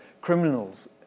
criminals